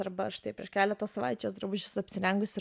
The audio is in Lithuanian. arba štai prieš keletą savaičių jos drabužius apsirengusi